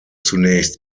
zunächst